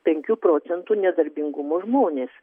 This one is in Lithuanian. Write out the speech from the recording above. penkių procentų nedarbingumo žmonės